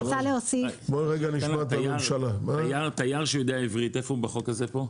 תייר שיודע עברית, איפה הוא בחוק הזה פה?